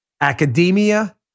academia